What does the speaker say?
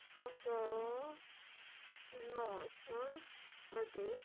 Punjab Himachal Pradesh